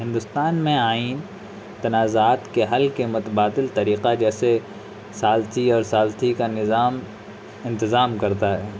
ہندوستان میں آئین تنازعات کے حل کے متبادل طریقہ جیسے ثالثی اور ثالثی کا نظام انتظام کرتا ہے